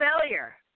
failure